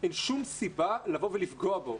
אין שום לבוא ולפגוע בו.